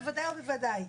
בוודאי ובוודאי.